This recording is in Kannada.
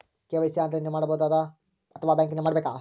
ಕೆ.ವೈ.ಸಿ ಆನ್ಲೈನಲ್ಲಿ ಮಾಡಬಹುದಾ ಅಥವಾ ಬ್ಯಾಂಕಿನಲ್ಲಿ ಮಾಡ್ಬೇಕಾ?